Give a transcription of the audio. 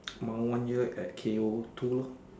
one more year at K or two